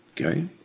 Okay